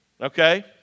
okay